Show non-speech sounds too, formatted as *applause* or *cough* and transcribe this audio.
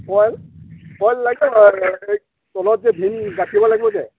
হয় *unintelligible* তলত যে বীম গাঠিব লাগিব যে